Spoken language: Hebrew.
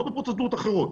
לא בפרוצדורות אחרות,